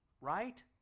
right